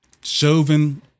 Chauvin